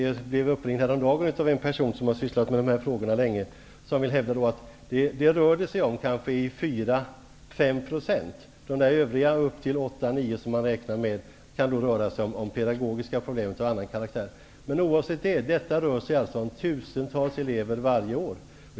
Jag blev uppringd häromdagen av en person som har sysslat med de här frågorna länge och som ville hävda att det rör sig om hjärnskada i kanske 4--5 % av fallen. I de övriga 8--9 % fall som man räknar med finns kan det röra sig om pedagogiska problem av annan karaktär. Oavsett detta rör det sig om tusentals elever varje år.